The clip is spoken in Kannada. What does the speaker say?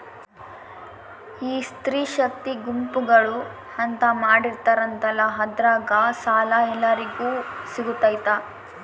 ಈ ಸ್ತ್ರೇ ಶಕ್ತಿ ಗುಂಪುಗಳು ಅಂತ ಮಾಡಿರ್ತಾರಂತಲ ಅದ್ರಾಗ ಸಾಲ ಎಲ್ಲರಿಗೂ ಸಿಗತೈತಾ?